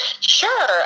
Sure